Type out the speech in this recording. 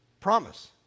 promise